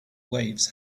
waves